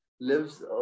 lives